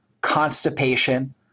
constipation